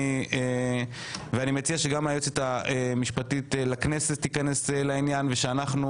ואני מציע שגם היועצת המשפטית לכנסת תיכנס לעניין ושאנחנו,